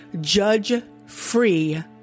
judge-free